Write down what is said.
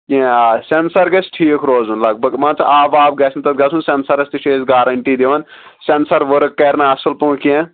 کینٛہہ آ سیٚنسر گژھہِ ٹھیٖک روزُن لگ بگ مان ژٕ آب واب گژھنہٕ تتھ گژھُن سیٚنسر تہِ چھِ أسۍ گارنٹی دِوان سیٚنسر ؤرٕک کرِ نہٕ اصل پٲٹھۍ کینٛہہ